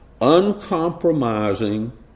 uncompromising